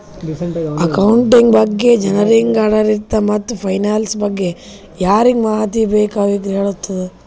accounting ಬಗ್ಗೆ ಜನರಿಗ್, ಆಡಿಟ್ಟರಿಗ ಮತ್ತ್ ಫೈನಾನ್ಸಿಯಲ್ ಬಗ್ಗೆ ಯಾರಿಗ್ ಮಾಹಿತಿ ಬೇಕ್ ಅವ್ರಿಗ ಹೆಳ್ತುದ್